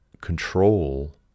control